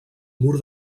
mur